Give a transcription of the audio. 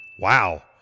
Wow